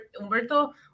Humberto